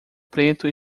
preto